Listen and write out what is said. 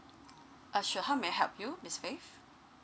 uh sure how may I help you miss faith